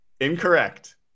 Incorrect